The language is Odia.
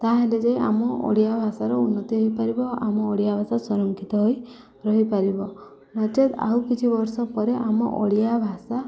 ତା'ହେଲେ ଯାଇ ଆମ ଓଡ଼ିଆ ଭାଷାର ଉନ୍ନତି ହେଇପାରିବ ଆମ ଓଡ଼ିଆ ଭାଷା ସଂରକ୍ଷିତ ହୋଇ ରହିପାରିବ ନଚେତ୍ ଆଉ କିଛି ବର୍ଷ ପରେ ଆମ ଓଡ଼ିଆ ଭାଷା